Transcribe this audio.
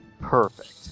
Perfect